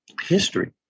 history